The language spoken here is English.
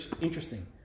interesting